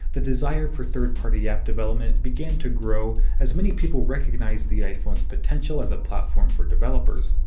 the desire for third party app development began to grow as many people recognized the iphone's potential as a platform for developers.